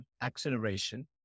acceleration